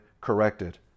corrected